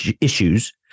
issues